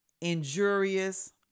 injurious